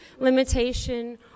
limitation